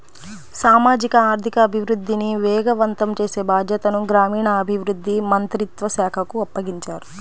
సామాజిక ఆర్థిక అభివృద్ధిని వేగవంతం చేసే బాధ్యతను గ్రామీణాభివృద్ధి మంత్రిత్వ శాఖకు అప్పగించారు